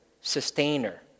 sustainer